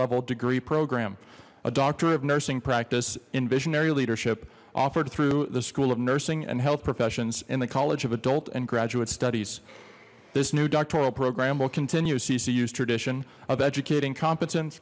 level degree program a doctorate of nursing practice in visionary leadership offered through the school of nursing and health professions in the college of adult and graduate studies this new doctoral program will continue ccu's tradition of educating competen